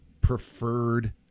preferred